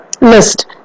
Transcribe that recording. list